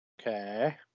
Okay